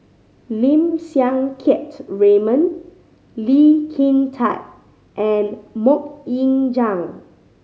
Lim Siang Keat Raymond Lee Kin Tat and Mok Ying Jang